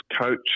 coach